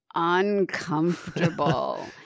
uncomfortable